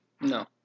No